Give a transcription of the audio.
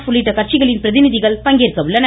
ப் உள்ளிட்ட கட்சிகளின் பிரதிநிதிகள் பங்கேற்கின்றனர்